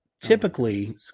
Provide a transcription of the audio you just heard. typically